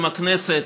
עם הכנסת,